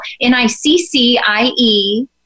N-I-C-C-I-E